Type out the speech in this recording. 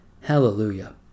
Hallelujah